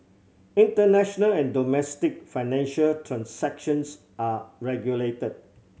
international and domestic financial transactions are regulated